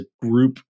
group